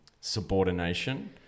subordination